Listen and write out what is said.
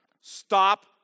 stop